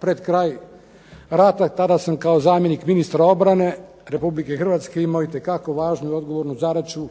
pred kraj rata. Tada sam kao ministar obrane Republike Hrvatske imao itekako važnu i odgovornu zadaću